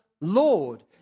Lord